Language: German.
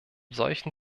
solchen